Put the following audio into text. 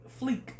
fleek